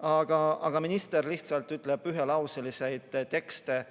Aga minister lihtsalt ütleb ühelauselisi vastuseid,